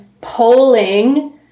polling